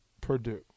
Purdue